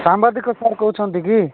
ସାମ୍ବାଦିକ ସାର୍ କହୁଛନ୍ତି କି